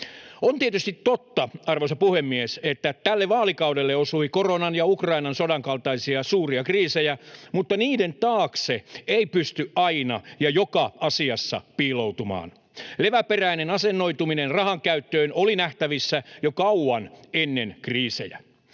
On tietysti totta, arvoisa puhemies, että tälle vaalikaudelle osui koronan ja Ukrainan sodan kaltaisia suuria kriisejä, mutta niiden taakse ei pysty aina ja joka asiassa piiloutumaan. Leväperäinen asennoituminen rahankäyttöön oli nähtävissä jo kauan ennen kriisejä.